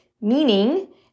meaning